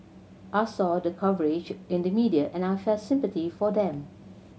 I saw the coverage in the media and I felt sympathy for them